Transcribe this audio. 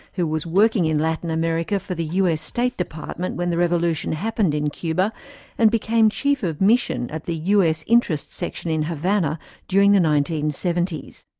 who was working in latin america for the us state department when the revolution happened in cuba and became chief of mission at the u. s. interests section in havana during the nineteen seventy s.